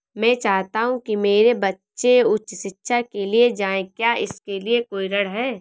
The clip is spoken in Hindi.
मैं चाहता हूँ कि मेरे बच्चे उच्च शिक्षा के लिए जाएं क्या इसके लिए कोई ऋण है?